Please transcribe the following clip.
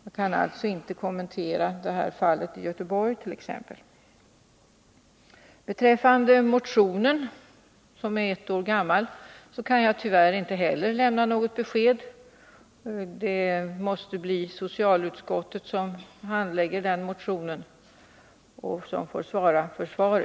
Jag kan alltså inte kommentera fallet i Göteborg t.ex. Beträffande den motion som är ett år gammal som Margot Håkansson nämnde kan jag tyvärr inte heller lämna något besked. I det fallet måste det bli socialutskottet, som handlägger motionen, som får svara.